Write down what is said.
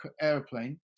airplane